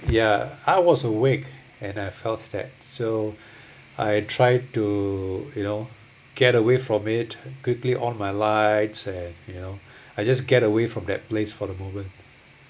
ya I was awake and I felt that so I try to you know get away from it quickly on my lights and you know I just get away from that place for a moment